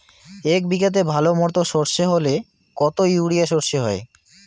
এক বিঘাতে ভালো মতো সর্ষে হলে কত ইউরিয়া সর্ষে হয়?